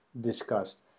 discussed